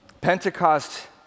Pentecost